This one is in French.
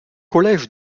collège